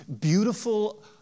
Beautiful